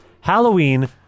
Halloween